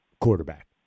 quarterback